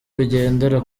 bigendera